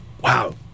wow